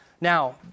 Now